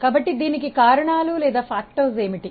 కాబట్టి దీనికి కారకాలు ఏమిటి